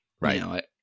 right